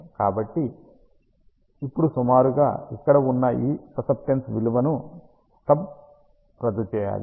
కాబట్టి ఇప్పుడు సుమారుగా ఇక్కడ ఉన్న ఈ ససెప్టెన్స్ విలువను స్టబ్ రద్దు చేయాలి